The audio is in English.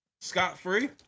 scot-free